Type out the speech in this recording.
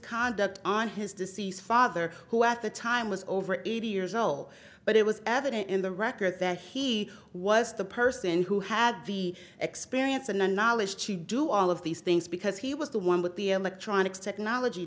conduct on his deceased father who at the time was over eighty years old but it was evident in the record that he was the person who had the experience and the knowledge to do all of these things because he was the one with the electronics technology